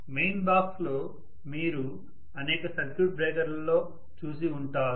main box లో మీరు అనేక సర్క్యూట్ బ్రేకర్ లలో చూసి ఉంటారు